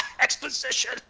Exposition